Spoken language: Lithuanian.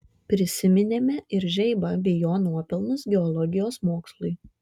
prisiminėme ir žeibą bei jo nuopelnus geologijos mokslui